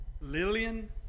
Lillian